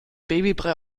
babybrei